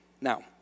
Now